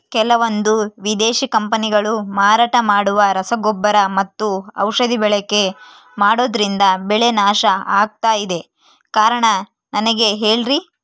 ಕೆಲವಂದು ವಿದೇಶಿ ಕಂಪನಿಗಳು ಮಾರಾಟ ಮಾಡುವ ರಸಗೊಬ್ಬರ ಮತ್ತು ಔಷಧಿ ಬಳಕೆ ಮಾಡೋದ್ರಿಂದ ಬೆಳೆ ನಾಶ ಆಗ್ತಾಇದೆ? ಕಾರಣ ನನಗೆ ಹೇಳ್ರಿ?